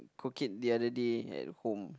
cook it the other day at home